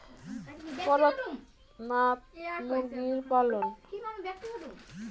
করকনাথ মুরগি পালন?